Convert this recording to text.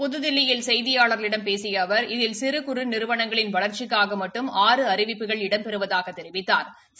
புதுதில்லியில் செய்தியாளர்களிடம் பேசிய அவர் இதில் சிறு குறு நிறுவனங்களின் வளர்ச்சிக்காக மட்டும் ஆறு அறிவிப்புகள் இடம்பெறுவதாகத் தெரிவித்தாா்